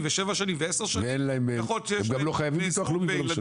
ושבע שנים ועשר שנים --- והם גם לא חייבים ביטוח לאומי ולא משלמים.